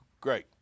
great